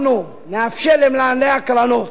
אנחנו נאפשר למנהלי הקרנות